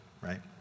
right